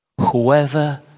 whoever